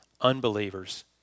unbelievers